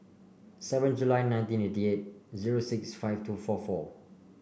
seven July nineteen eighty eight zero six five two four four